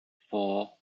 four